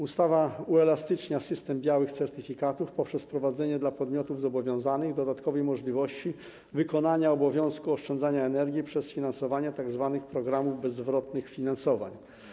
Ustawa uelastycznia system białych certyfikatów poprzez wprowadzenie dla podmiotów zobowiązanych dodatkowej możliwości wykonania obowiązku oszczędzania energii przez sfinansowanie tzw. programów bezzwrotnych finansowań.